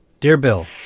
dear bill,